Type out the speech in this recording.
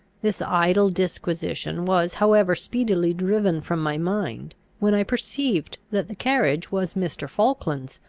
this idle disquisition was however speedily driven from my mind when i perceived that the carriage was mr. falkland's.